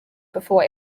before